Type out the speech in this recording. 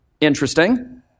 Interesting